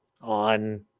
on